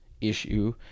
issue